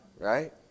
right